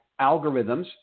algorithms